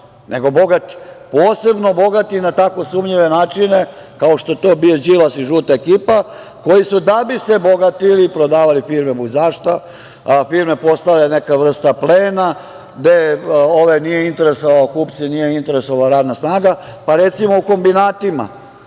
nego bogati, posebno bogati na tako sumnjive načine kao što je to bio Đilas i žuta ekipa koji su, da bi se bogatili, prodavali firme budzašto, firme postale neka vrsta plena, gde ove nije interesovala, kupce, radna snaga. Pa, recimo u kombinatima